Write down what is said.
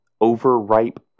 overripe